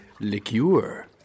liqueur